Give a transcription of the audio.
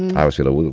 i wish, you know,